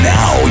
now